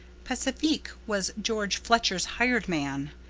pacifique was george fletcher's hired man,